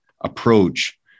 approach